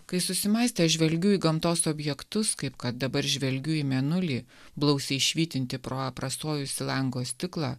kai susimąstęs žvelgiu į gamtos objektus kaip kad dabar žvelgiu į mėnulį blausiai švytintį pro aprasojusį lango stiklą